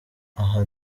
aha